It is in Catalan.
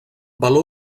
valor